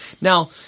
Now